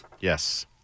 Yes